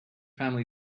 family